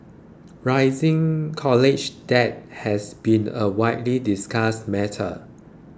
rising college debt has been a widely discussed matter